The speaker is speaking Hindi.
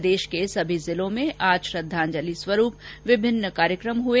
प्रदेश में सभी जिलों में श्रद्वांजलि स्वरूप विभिन्न कार्यक्रम हुए